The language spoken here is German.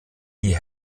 die